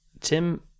Tim